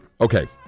Okay